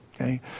okay